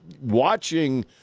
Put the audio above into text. watching